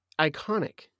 iconic